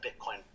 Bitcoin